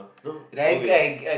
no okay